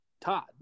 Todd